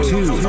Two